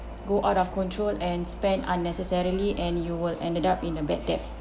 go out of control and spend unnecessarily and you will ended up in a bad debt